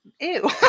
Ew